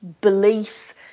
belief